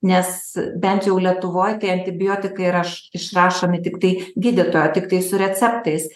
nes bent jau lietuvoj tai antibiotikai raš išrašomi tiktai gydytojo tiktai su receptais